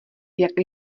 jak